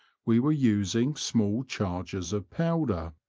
we were using small charges of powder.